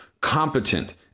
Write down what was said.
competent